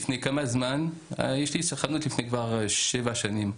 יש לי חנות כבר שבע שנים.